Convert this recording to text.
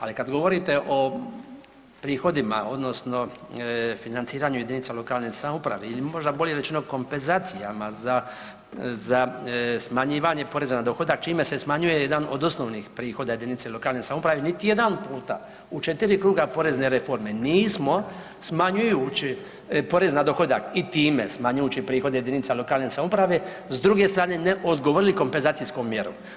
Ali kada govorite o prihodima odnosno o financiranju jedinicama lokalne samouprave ili možda bolje rečeno kompenzacijama za smanjivanje poreza na dohodak čime se smanjuje jedan od osnovnih prihoda jedinice lokalne samouprave, niti jedan puta u četiri kruga porezne reforme nismo smanjujući porez na dohodak i time smanjujući prihode jedinica lokalne samouprave s druge strane ne odgovorili kompenzacijskom mjerom.